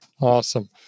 Awesome